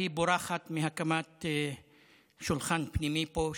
היא בורחת מהקמת שולחן פנימי פה,